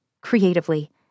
creatively